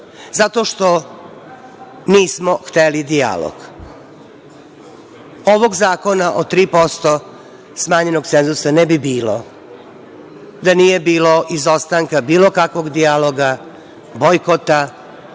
Zato što nismo hteli dijalog. Ovog zakona o 3% smanjenog cenzusa ne bi bilo da nije bilo izostanka bilo kakvog dijaloga, bojkota,